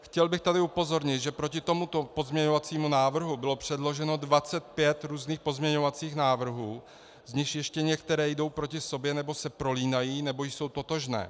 Chtěl bych tady upozornit, že proti tomuto pozměňovacímu návrhu bylo předloženo 25 různých pozměňovacích návrhů, z nichž ještě některé jdou proti sobě nebo se prolínají nebo jsou totožné.